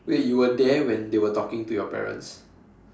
wait you were there when they were talking to your parents